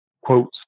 quotes